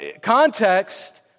Context